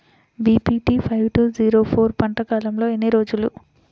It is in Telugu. BPT five two zero four పంట కాలంలో ఎన్ని రోజులు?